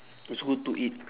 it's good to eat